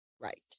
right